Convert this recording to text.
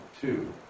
two